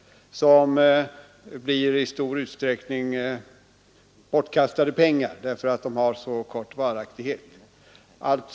Det blir i stor utsträckning bortkastade pengar, därför att anordningarna kommer att ha så kort varaktighet.